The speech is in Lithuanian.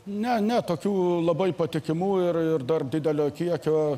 ne ne tokių labai patikimų ir ir dar didelio kiekio